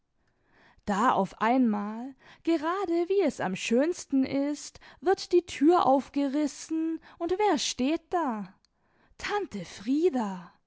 da auf einmal gerade wie es am schönsten ist wird die tür aufgerissen und wer steht da tante frieda